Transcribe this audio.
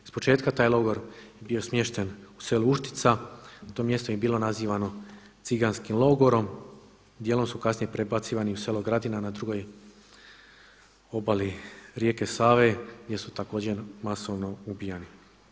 Ispočetka je taj logor bio smješten u selu Uštica, to mjesto je bilo nazivamo ciganskim logorom, dijelom su kasnije prebacivani u selo Gradina na drugoj obali rijeke Save gdje su također masovno ubijani.